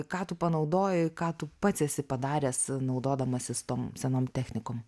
ką tu panaudoji ką tu pats esi padaręs naudodamasis tom senom technikom